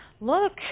look